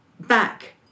back